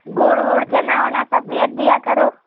गुड़ वुड़ चना वना सब भेज दिया करो